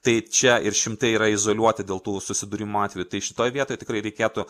tai čia ir šimtai yra izoliuoti dėl tų susidūrimo atvejų tai šitoj vietoj tikrai reikėtų